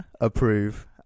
approve